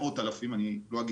כל החודש, וגם אין לו אופציות.